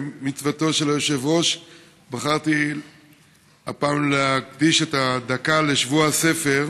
במצוותו של היושב-ראש בחרתי הפעם להקדיש את הדקה לשבוע הספר.